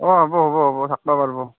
অঁ হ'ব হ'ব হ'ব থাকিব পাৰিব